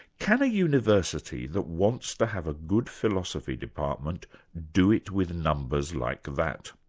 can a university that wants to have a good philosophy department do it with numbers like that?